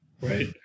Right